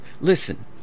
listen